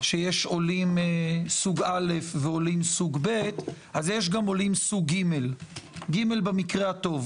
שיש עולים סוג א' ויש עולים סוג ב' אז יש עולים סוג ג' במקרה הטוב